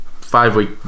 five-week